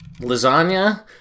lasagna